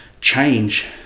change